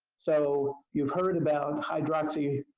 so you've heard about hydroxy